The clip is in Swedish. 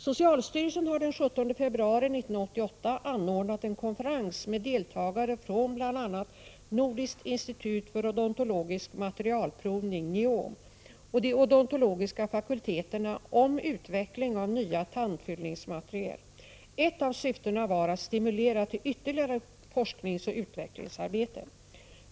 Socialstyrelsen har den 17 februari 1988 anordnat en konferens med deltagare från bl.a. Nordiskt institut för odontologisk materialprovning och de odontologiska fakulteterna om utveckling av nya tandfyllningsmaterial. Ett av syftena var att stimulera till ytterligare forskningsoch utvecklingsarbete.